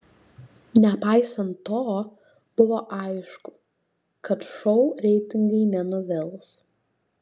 nepaisant to buvo aišku kad šou reitingai nenuvils